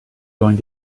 going